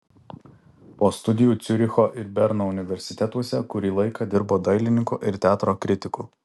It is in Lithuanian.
po studijų ciuricho ir berno universitetuose kurį laiką dirbo dailininku ir teatro kritiku